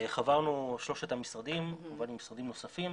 חברנו שלושת המשרדים כמובן עם משרדים נוספים